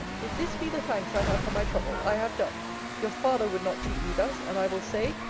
if this be the thanks i have for my trouble, i have done your father would not treat me thus and i will say,